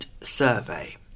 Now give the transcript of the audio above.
survey